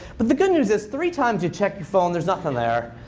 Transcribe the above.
but the good news is, three times you check your phone, there's nothing there.